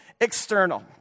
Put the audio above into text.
external